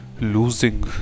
losing